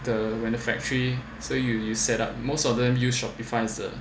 the manufacturer so you you set up most of them use Shopify's the